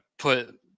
Put